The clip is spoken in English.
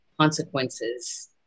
consequences